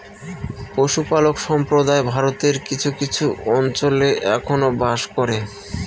পশুপালক সম্প্রদায় ভারতের কিছু কিছু অঞ্চলে এখনো বাস করে